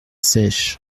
sèche